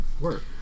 Work